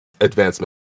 advancement